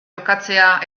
jokatzea